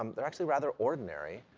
um they're actually rather ordinary,